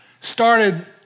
started